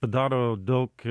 padaro daug